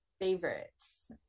favorites